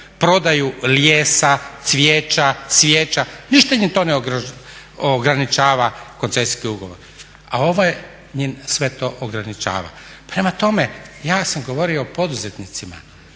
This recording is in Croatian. prodaju lijesa, cvijeća, svijeća, ništa im to ne ograničava koncesijski ugovor. A ovaj im sve to ograničava. Prema tome ja sam govorio o poduzetnicima,